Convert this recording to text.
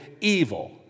evil